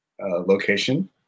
location